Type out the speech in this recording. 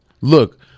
look